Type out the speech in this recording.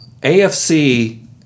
AFC